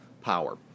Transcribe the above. power